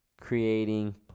creating